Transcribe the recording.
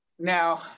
Now